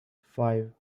five